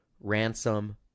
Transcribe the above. Ransom